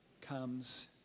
comes